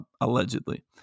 allegedly